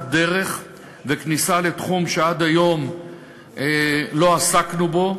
דרך וכניסה לתחום שעד היום לא עסקנו בו.